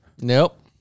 Nope